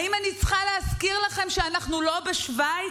האם אני צריכה להזכיר לכם שאנחנו לא בשווייץ,